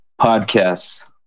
podcasts